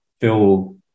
feel